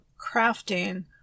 crafting